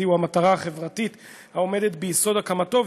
הוא המטרה החברתית העומדת ביסוד הקמתו,